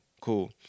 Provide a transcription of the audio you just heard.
Cool